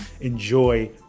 enjoy